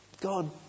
God